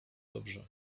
dobrze